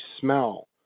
smell